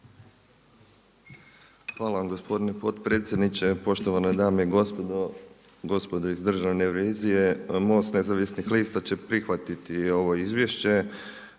Hvala vam gospodine potpredsjedniče, poštovane dame i gospodo, gospodo iz državne revizije. MOST Nezavisnih lista će prihvatiti ovo izvješće.